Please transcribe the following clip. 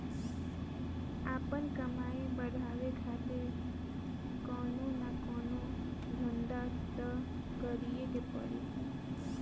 आपन कमाई बढ़ावे खातिर कवनो न कवनो धंधा तअ करीए के पड़ी